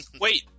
Wait